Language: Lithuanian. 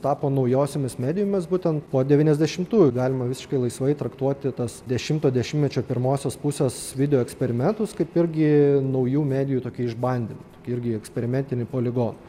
tapo naujosiomis medijomis būtent po devyniasdešimtųjų galima visiškai laisvai traktuoti tas dešimto dešimmečio pirmosios pusės videoeksperimentus kaip irgi naujų medijų tokį išbandymą irgi eksperimentinį poligoną